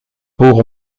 pour